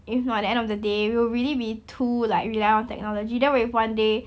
if not at the end of the day we will really be too like reliant on technology that what if one day